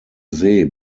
see